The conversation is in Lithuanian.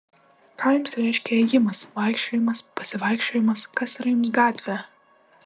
ką jums reiškia ėjimas vaikščiojimas pasivaikščiojimas kas yra jums gatvė